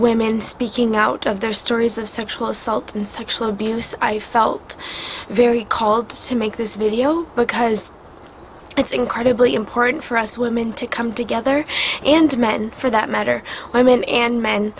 women speaking out of their stories of sexual assault and sexual abuse i felt very called to make this video because it's incredibly important for us women to come together and men for that matter why men and men